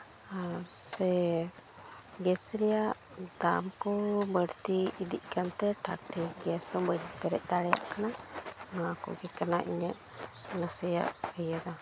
ᱟᱨ ᱥᱮ ᱜᱮᱥ ᱨᱮᱭᱟᱜ ᱫᱟᱢ ᱠᱚ ᱵᱟᱹᱲᱛᱤ ᱤᱫᱤᱜ ᱠᱟᱱ ᱛᱮ ᱴᱷᱟᱠᱼᱴᱷᱤᱠ ᱜᱮᱥ ᱦᱚᱸ ᱵᱟᱹᱧ ᱯᱮᱨᱮᱡ ᱫᱟᱲᱮᱭᱟᱜ ᱠᱟᱱᱟ ᱱᱚᱣᱟ ᱠᱚᱜᱮ ᱠᱟᱱᱟ ᱤᱧᱟᱹᱜ ᱱᱟᱥᱮᱭᱟᱜ ᱤᱭᱟᱹ ᱫᱚ